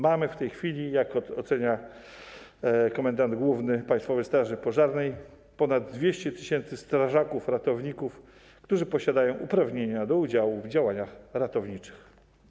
Mamy w tej chwili - jak ocenia komendant główny Państwowej Straży Pożarnej - ponad 200 tys. strażaków ratowników, którzy posiadają uprawnienia do udziału w działaniach ratowniczych.